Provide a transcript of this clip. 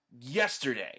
yesterday